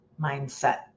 mindset